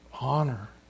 honor